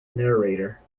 narrator